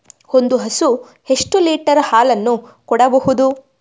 ಒಂದು ಹಸು ಎಷ್ಟು ಲೀಟರ್ ಹಾಲನ್ನು ಕೊಡಬಹುದು?